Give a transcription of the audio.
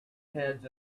heads